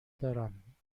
دارم